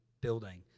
building